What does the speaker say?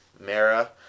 Mara